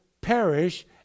perish